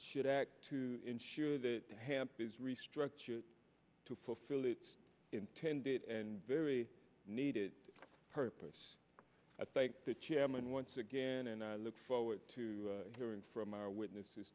should act to ensure the hamp is restructured to fulfill its intended and very needed purpose i thank the chairman once again and i look forward to hearing from our witnesses